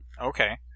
Okay